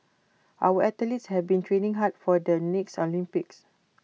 our athletes have been training hard for the next Olympics